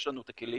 יש לנו את הכלים,